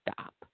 stop